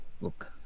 Look